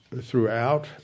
throughout